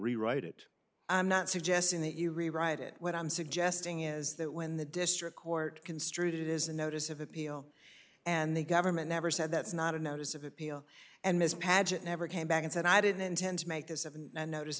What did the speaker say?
rewrite it i'm not suggesting that you rewrite it what i'm suggesting is that when the district court construed it is a notice of appeal and the government never said that's not a notice of appeal and ms padgett never came back and said i didn't intend to make this of and notice